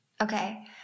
Okay